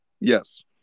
Yes